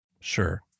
Sure